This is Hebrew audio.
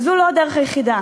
וזאת לא הדרך היחידה,